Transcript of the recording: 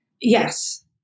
Yes